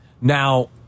Now